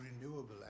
renewable